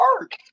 work